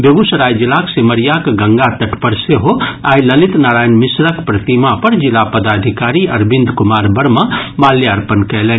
बेगूसराय जिलाक सिमरियाक गंगा तट पर सेहो आइ ललित नारायण मिश्रक प्रतिमा पर जिलापदाधिकारी अरविन्द कुमार वर्मा माल्यार्पण कयलनि